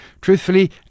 Truthfully